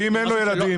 ואם אין לו ילדים?